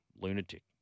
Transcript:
lunatic